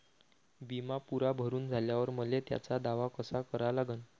बिमा पुरा भरून झाल्यावर मले त्याचा दावा कसा करा लागन?